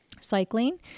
Cycling